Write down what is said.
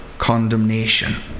condemnation